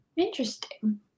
Interesting